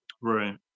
right